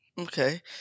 Okay